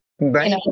Right